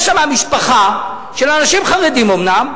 יש שם משפחה של אנשים חרדים אומנם,